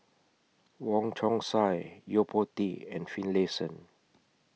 Wong Chong Sai Yo Po Tee and Finlayson